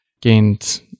gained